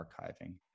archiving